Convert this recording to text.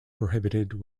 prohibited